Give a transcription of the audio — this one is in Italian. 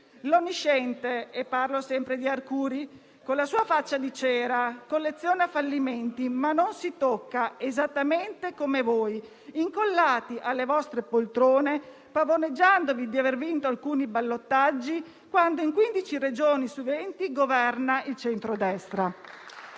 L'onnisciente - e parlo sempre di Arcuri - con la sua faccia di cera colleziona fallimenti ma non si tocca, esattamente come voi, incollati alle vostre poltrone, pavoneggiandovi di aver vinto alcuni ballottaggi quando in 15 Regioni su 20 governa il centrodestra.